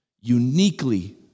uniquely